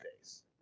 days